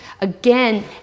Again